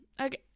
okay